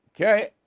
okay